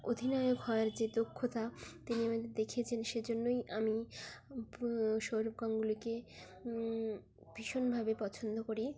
অধিনায়ক হওয়ার যে দক্ষতা তিনি আমাদের দেখিয়েছেন সেজন্যই আমি সৌরভ গগুলিকে ভীষণভাবে পছন্দ করি